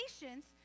patience